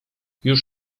już